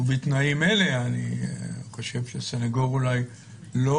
ובתנאים אלה אני חושב שסנגור אולי לא